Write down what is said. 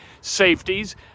safeties